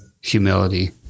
Humility